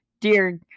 dear